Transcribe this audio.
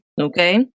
Okay